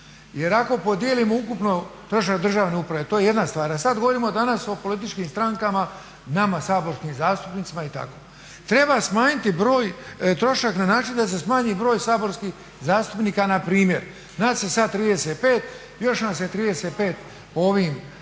Jer ako podijelimo ukupno trošak državne uprave to je jedna stvar, a sad govorimo danas o političkim strankama nama saborskim zastupnicima i tako. Treba smanjiti broj, trošak na način da se smanji i broj saborskih zastupnika. Na primjer nas je sad 35, još nas je 35 po ovim